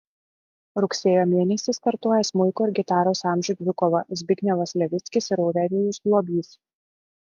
rugsėjo mėnesį startuoja smuiko ir gitaros amžių dvikova zbignevas levickis ir aurelijus globys